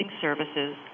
services